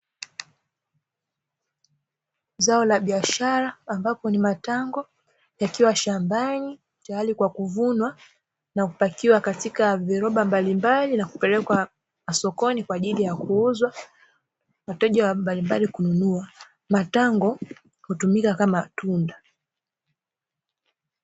Zao la biashara ambapo ni matango yakiwa shambani likiwa tayari kwa ajili ya kuvunwa kupakiwa katika viroba mbalimbali, na kupelekwa sokoni kwa ajili ya kuuzwa wateja mbalimbali kununua, matango hutumika kama matunda.